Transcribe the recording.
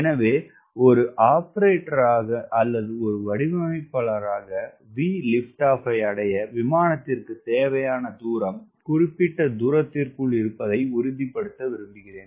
எனவே ஒரு ஆபரேட்டராக அல்லது வடிவமைப்பாளராக VLOஐ அடைய விமானத்திற்கு தேவையான தூரம் குறிப்பிட்ட தூரத்திற்குள் இருப்பதை உறுதிப்படுத்த விரும்புகிறேன்